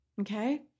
Okay